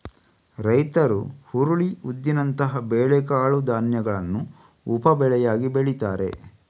ರೈತರು ಹುರುಳಿ, ಉದ್ದಿನಂತಹ ಬೇಳೆ ಕಾಳು ಧಾನ್ಯಗಳನ್ನ ಉಪ ಬೆಳೆಯಾಗಿ ಬೆಳೀತಾರೆ